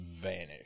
vanish